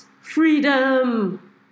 FREEDOM